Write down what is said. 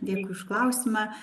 dėkui už klausimą